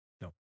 no